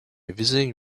visiting